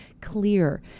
clear